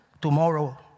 tomorrow